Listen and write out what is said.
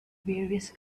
various